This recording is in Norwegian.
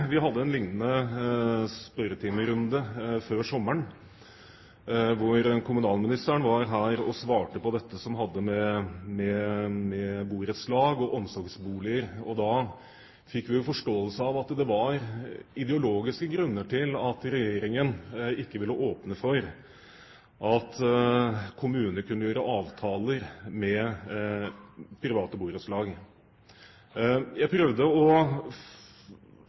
som hadde med borettslag og omsorgsboliger å gjøre. Da fikk vi forståelsen av at det var ideologiske grunner til at regjeringen ikke ville åpne for at kommuner kunne gjøre avtaler med private borettslag. Jeg prøvde å